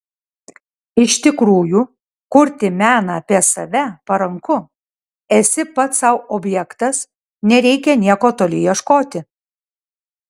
iš tikrųjų kurti meną apie save paranku esi pats sau objektas nereikia nieko toli ieškoti